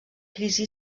crisi